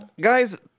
guys